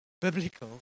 biblical